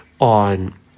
on